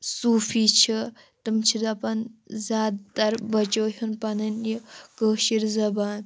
صوٗفی چھِ تِم چھِ دَپان زیادٕ تَر بچٲیہُن پَنٕنۍ یہِ کٲشِر زبان